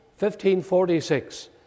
1546